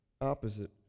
opposite